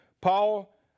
Paul